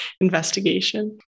investigation